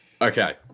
Okay